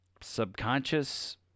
subconscious